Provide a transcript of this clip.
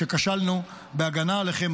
שכשלנו בהגנה עליכם,